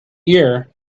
year